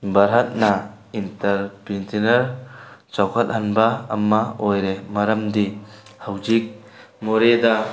ꯚꯥꯔꯠꯅ ꯏꯟꯇꯔꯄ꯭ꯔꯦꯅꯔ ꯆꯥꯎꯈꯠꯍꯟꯕ ꯑꯃ ꯑꯣꯏꯔꯦ ꯃꯔꯝꯗꯤ ꯍꯧꯖꯤꯛ ꯃꯣꯔꯦꯗ